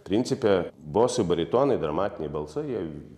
principe bosai baritonai dramatiniai balsai jie